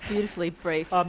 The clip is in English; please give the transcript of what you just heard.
beautifully brief. um